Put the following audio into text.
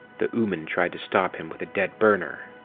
the ooman tried to stop him with a dead burner,